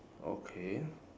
okay